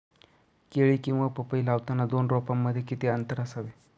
केळी किंवा पपई लावताना दोन रोपांमध्ये किती अंतर असावे?